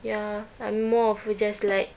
ya I'm more of just like